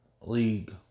League